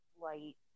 light